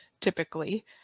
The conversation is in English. typically